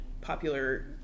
popular